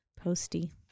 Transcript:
Posty